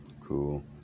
Cool